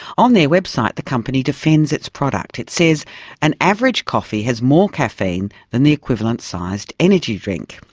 on their website the company defends its product. it says an average coffee has more caffeine than the equivalent sized energy drink.